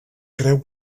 creu